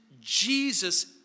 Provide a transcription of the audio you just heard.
Jesus